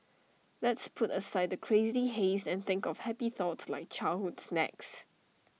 let's put aside the crazy haze and think of happy thoughts like childhood snacks